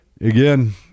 again